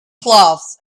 cloths